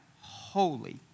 holy